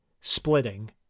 splitting